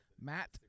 Matt